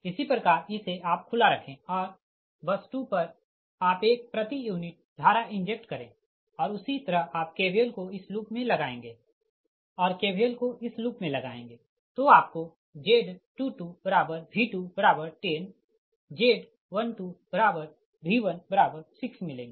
इसी प्रकार इसे आप खुला रखें और बस 2 पर आप एक प्रति यूनिट धारा इंजेक्ट करें और उसी तरह आप KVL को इस लूप मे लगाएँगे और KVL को इस लूप मे लगाएँगे तो आपकोZ22V2100 Z12V16 मिलेंगे